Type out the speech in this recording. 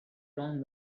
wrong